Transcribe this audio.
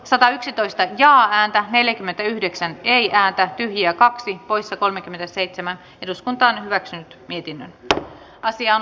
satayksitoista ja ääntä neljäkymmentäyhdeksän ei ääntä ja kaksi poissa kolmekymmentäseitsemän eduskunta asian käsittely päättyi